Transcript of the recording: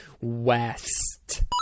West